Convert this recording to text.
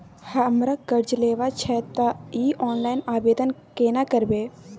हमरा कर्ज लेबा छै त इ ऑनलाइन आवेदन केना करबै?